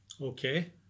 Okay